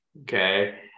Okay